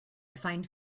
find